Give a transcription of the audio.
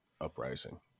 uprising